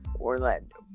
Orlando